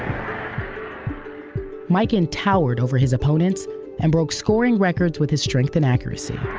um like and towered over his opponents and broke scoring records with his strength and accuracy